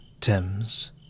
Thames